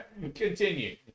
continue